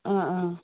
ꯑꯥ ꯑꯥ